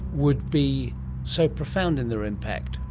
would be so profound in their impact.